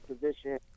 position